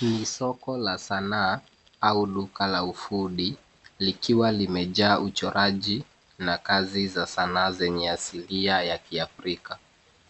Ni soko la sanaa au duka la ufundi, likiwa limejaa uchoraji na kazi za sanaa zenye asilia ya kiafrika.